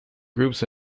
groups